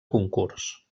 concurs